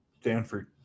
Stanford